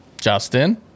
Justin